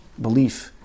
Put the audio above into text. belief